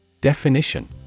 Definition